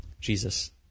Jesus